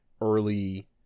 early